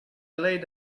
laid